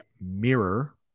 mirror